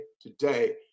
today